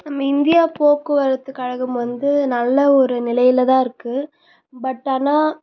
நம் இந்தியா போக்குவரத்து கழகம் வந்து நல்ல ஒரு நிலையில் தான் இருக்குது பட் ஆனால்